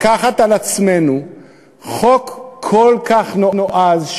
לקחת על עצמנו חוק כל כך נועז,